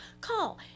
call